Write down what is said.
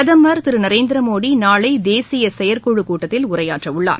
பிரதமர் திரு நரேந்திரமோடி நாளை தேசிய செயற்குழு கூட்டத்தில் உரையாற்றவுள்ளார்